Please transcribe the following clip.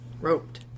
Roped